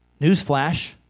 newsflash